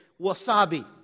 Wasabi